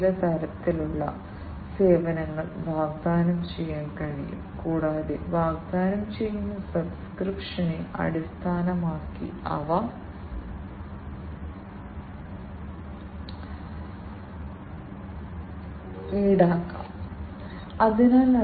health care ഇൻഡസ്ട്രിയിലും സാധാരണ പോലെയുള്ള വ്യത്യസ്ത സെൻസറുകളിലും ഈ പൾസ് ഓക്സിമീറ്റർ സെൻസർ പോലെയുള്ള വ്യത്യസ്ത ബയോസെൻസറുകൾ ശരീര താപനില സെൻസറുകൾ എന്നിവ ഉപയോഗിക്കാം